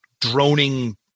droning